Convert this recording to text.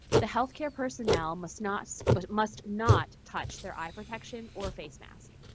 the healthcare personnel must not but must not touch their eye protection or face mask.